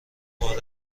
وارد